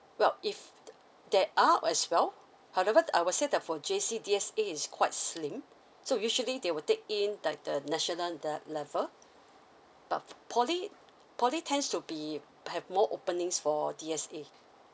well if there are as well however I would say that for J_C D_S_A is quite slim so usually they will take in like the national the level but poly poly tends to be have more openings for D_S_A